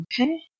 Okay